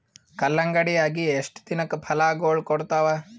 ಕಲ್ಲಂಗಡಿ ಅಗಿ ಎಷ್ಟ ದಿನಕ ಫಲಾಗೋಳ ಕೊಡತಾವ?